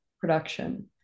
production